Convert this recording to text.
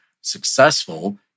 successful